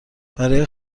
برای